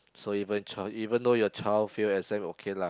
so even child even though your child fail exam you okay lah